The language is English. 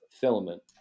filament